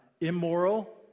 immoral